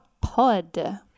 Pod